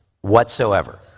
whatsoever